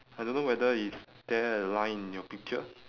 I don't know whether is there a line in your picture